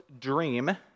dream